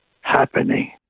happening